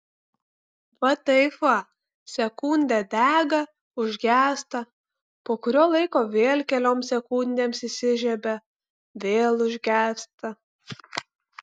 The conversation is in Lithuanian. va taip va sekundę dega užgęsta po kurio laiko vėl kelioms sekundėms įsižiebia vėl užgęsta